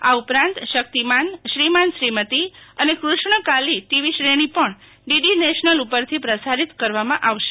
આ ઉપરાંત શક્તિશ્રીમાન શ્રીમતી અને કૃષ્ણ કાલી ટીવી શ્રેણી પણ ડીડી નેશનલ ઉપરથી પ્રસારીત કરવામાં આવશે